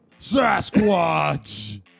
Sasquatch